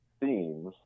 themes